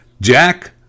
Jack